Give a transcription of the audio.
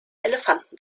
elefanten